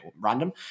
random